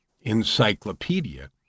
encyclopedia